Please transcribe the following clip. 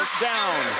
down.